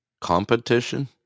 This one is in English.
Competition